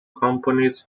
companies